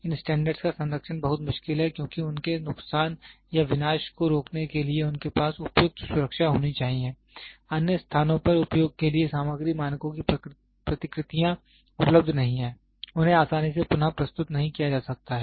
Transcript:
इन standards का संरक्षण बहुत मुश्किल है क्योंकि उनके नुकसान या विनाश को रोकने के लिए उनके पास उपयुक्त सुरक्षा होनी चाहिए अन्य स्थानों पर उपयोग के लिए सामग्री मानकों की प्रतिकृतियां उपलब्ध नहीं हैं उन्हें आसानी से पुन प्रस्तुत नहीं किया जा सकता है